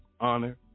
honor